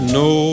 no